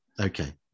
Okay